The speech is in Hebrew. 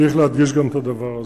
צריך להדגיש גם את הדבר הזה.